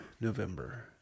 November